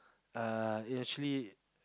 err it actually